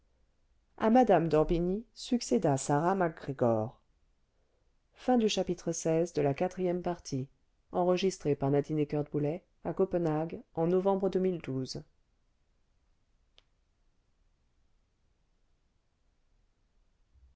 à mme d'orbigny succéda sarah mac gregor